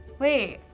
wait,